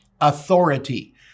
authority